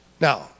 now